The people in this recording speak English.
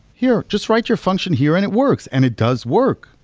here, just write your function here and it works, and it does work.